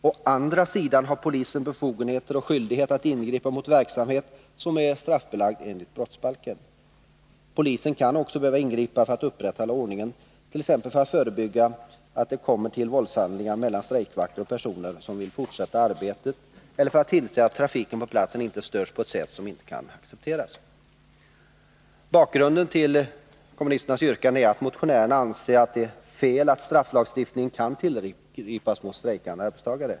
Å andra sidan har polisen både befogenhet och skyldighet att ingripa mot verksamhet som är straffbelagd enligt brottsbalken. Polisen kan också behöva ingripa för att upprätthålla ordningen, t.ex. för att förebygga att det kommer till våldshandlingar mellan strejkvakter och personer som vill fortsätta arbetet eller för att tillse att trafiken på platsen inte störs på ett sätt som inte kan accepteras. Bakgrunden till kommunisternas yrkande är att motionärerna anser det vara fel att strafflagstiftningen kan tillgripas mot strejkande arbetstagare.